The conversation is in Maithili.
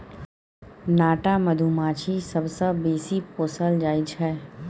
नाटा मधुमाछी सबसँ बेसी पोसल जाइ छै